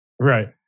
Right